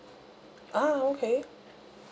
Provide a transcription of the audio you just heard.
ah okay